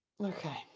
okay